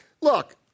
Look